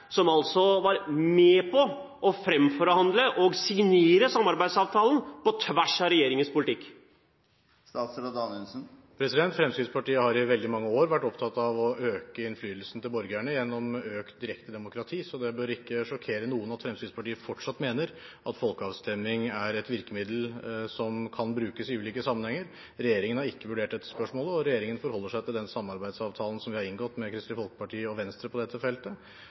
som altså var med på å framforhandle og signere samarbeidsavtalen, på tvers av regjeringens politikk? Fremskrittspartiet har i veldig mange år vært opptatt av å øke innflytelsen til borgerne gjennom økt direkte demokrati, så det bør ikke sjokkere noen at Fremskrittspartiet fortsatt mener at folkeavstemning er et virkemiddel som kan brukes i ulike sammenhenger. Regjeringen har ikke vurdert dette spørsmålet, og regjeringen forholder seg til den samarbeidsavtalen som vi har inngått med Kristelig Folkeparti og Venstre på dette feltet.